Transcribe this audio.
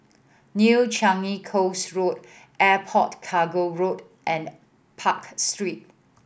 New Changi Coast Road Airport Cargo Road and Park Street